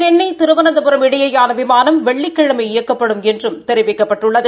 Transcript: சென்னை திருவனந்தபுரம் இடையேயான விமானம் வெள்ளிக்கிழமை இயக்கப்படும் என்று தெரிவிக்கப்பட்டுள்ளது